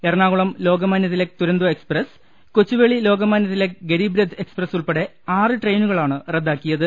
Ernakulam Lokmanya Tilak Duronto express Kochuveli Lokmanya Tilak Garib Rath express ഉൾപ്പെടെ ആറ് ട്രെയിനുകളാണ് റദ്ദാക്കിയത്